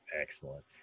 excellent